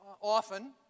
often